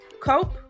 cope